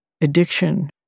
addiction